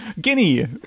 Guinea